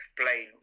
explain